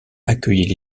accueillait